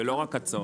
ולא רק הצעות.